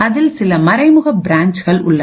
அதில் சில மறைமுக பிரான்ச்கள் உள்ள